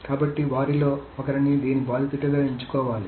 కాబట్టి వారిలో ఒకరిని దీని బాధితుడిగా ఎంచుకోవాలి